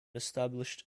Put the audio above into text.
established